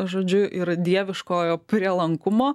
žodžiu ir dieviškojo prielankumo